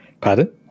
Pardon